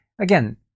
again